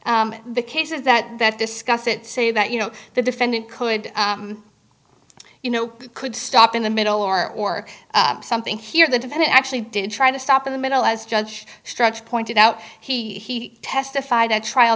in the cases that that discuss it say that you know the defendant could you know you could stop in the middle or something here the defendant actually did try to stop in the middle as judge stretch pointed out he testified at trial